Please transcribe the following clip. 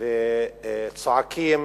וצועקים